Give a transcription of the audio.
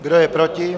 Kdo je proti?